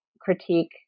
critique